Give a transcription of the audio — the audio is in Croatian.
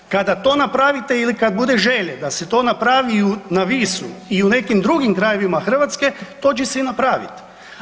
Kada to napravite ili kada bude želje da se to napravi i na Visu ili nekim drugim krajevima Hrvatske, to će se i napraviti.